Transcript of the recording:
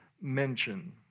mention